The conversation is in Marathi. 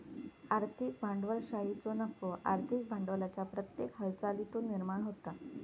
आर्थिक भांडवलशाहीचो नफो आर्थिक भांडवलाच्या प्रत्येक हालचालीतुन निर्माण होता